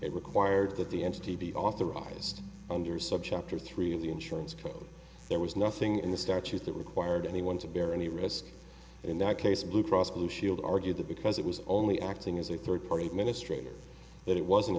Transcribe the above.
it required that the entity be authorized under subchapter three of the insurance co there was nothing in the statute that required anyone to bear any risk in that case blue cross blue shield argued that because it was only acting as a third party administrators that it wasn't a